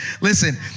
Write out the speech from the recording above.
listen